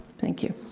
thank you.